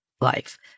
life